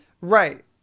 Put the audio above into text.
Right